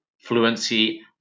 fluency